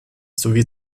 sowie